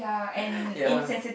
ya